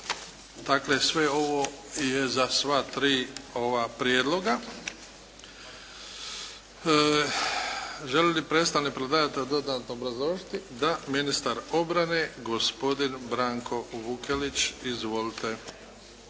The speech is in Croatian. Dakle, sve ovo je za sva tri ova prijedloga. Želi li predstavnik predlagatelja dodatno obrazložiti? Da. Ministar obrane gospodin Branko Vukelić. Izvolite.